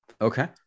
Okay